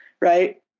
right